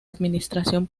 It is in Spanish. administración